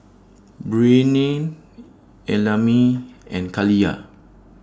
Breanne Ellamae and Kaliyah